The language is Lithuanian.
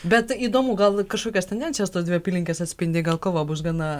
bet įdomu gal kažkokias tendencijas tos dvi apylinkės atspindi gal kova bus gana